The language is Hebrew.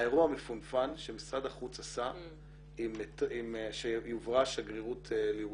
האירוע המפונפן שמשרד החוץ עשה שהועברה השגרירות לירושלים.